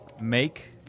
make